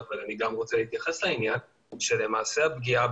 למעשה הפגיעה